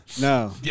No